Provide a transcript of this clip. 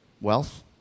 wealth